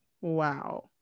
wow